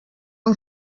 amb